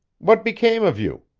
what became of you?